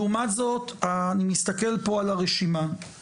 לעומת זאת אני מסתכל פה על הרשימה,